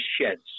sheds